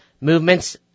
movements